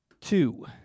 Two